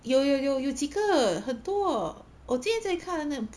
有有有有几个很多我今天在看呢